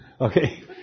Okay